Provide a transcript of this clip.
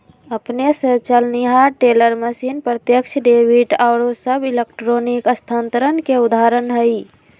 अपने स चलनिहार टेलर मशीन, प्रत्यक्ष डेबिट आउरो सभ इलेक्ट्रॉनिक स्थानान्तरण के उदाहरण हइ